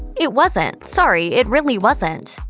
it wasn't. sorry. it really wasn't.